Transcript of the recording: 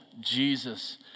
Jesus